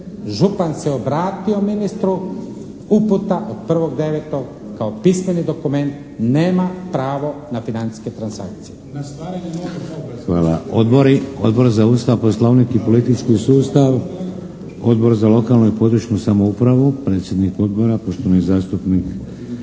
župan se obratio ministru. Uputa od 01.09. kao pismeni dokument nema pravo na financijske transakcije. **Šeks, Vladimir (HDZ)** Hvala. Odbori? Odbor za Ustav, Poslovnik i politički sustav? Odbor za lokalnu i područnu samoupravu? Predsjednik odbora poštovani zastupnik